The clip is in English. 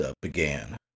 began